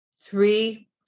three